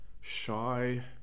shy